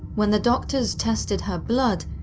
when the doctors tested her blood,